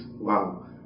wow